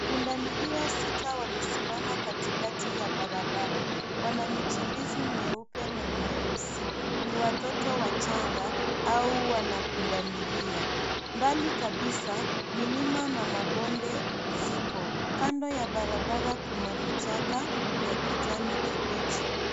Pundamilia sita wamesimama katikati ya barabara wanamichirizii mieupe na mieusi ni watoto wachanga au wanapundamilia mbali kabisa milima na mabonde zipo kando ya barabara kuna vichaka vya kijani kibichi.